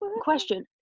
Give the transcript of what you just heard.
question